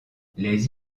les